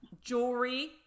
jewelry